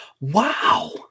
Wow